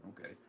Okay